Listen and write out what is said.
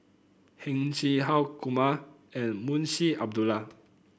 Heng Chee How Kumar and Munshi Abdullah